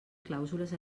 clàusules